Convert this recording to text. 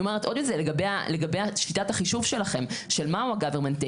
לגבי שיטת החישוב שלכם של מה הוא ה- government take